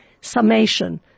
summation